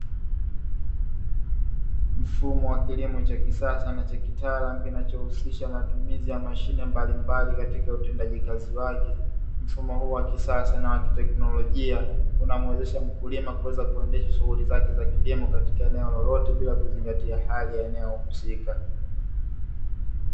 Mfumo wa kilimo cha kisasa na cha kitaalamu, kinachohusisha matumizi ya mashine mbalimbali katika utendaji kazi wake. Mfumo huu wa kisasa na wa kiteknolojia unamuwezesha mkulima kuweza kuendesha shughuli zake za kilimo katika eneo lolote bila kuzingatia hali ya eneo husika.